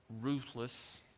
ruthless